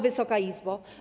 Wysoka Izbo!